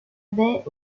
baie